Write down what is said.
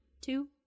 two